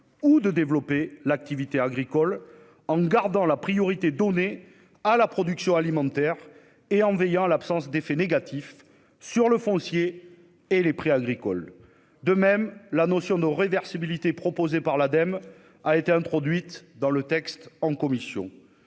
ou de développer l'activité agricole, « en gardant la priorité donnée à la production alimentaire et en veillant à l'absence d'effets négatifs sur le foncier et les prix agricoles ». De même, la notion de réversibilité, proposée par l'Ademe, a été introduite dans le texte en commission.